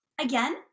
again